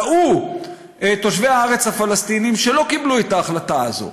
טעו תושבי הארץ הפלסטינים שלא קיבלו את ההחלטה הזאת.